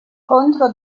contro